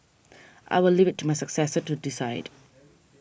I will leave it to my successor to decide